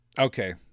Okay